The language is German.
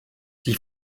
die